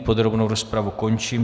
Podrobnou rozpravu končím.